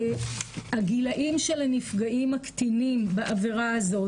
הגילאים של הנפגעים הקטינים בעבירה הזאת,